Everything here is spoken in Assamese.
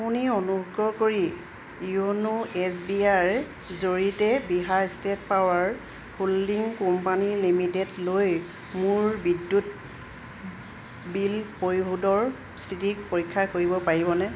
আপুনি অনুগ্ৰহ কৰি য়োনো এছ বি আই ৰ জৰিয়তে Bihar state power holding company লিমিটেডলৈ মোৰ বিদ্যুৎ বিল পৰিশোধৰ স্থিতি পৰীক্ষা কৰিব পাৰিবনে